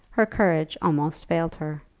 her courage almost failed her.